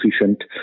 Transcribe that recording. efficient